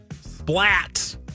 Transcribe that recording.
Splat